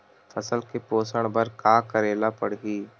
फसल के पोषण बर का करेला पढ़ही?